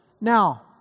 Now